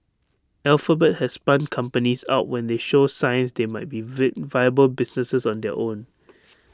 alphabet has spun companies out when they show signs they might be V viable businesses on their own